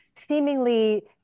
seemingly